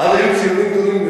אז היו ציונים גדולים.